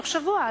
תוך שבוע,